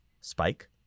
spike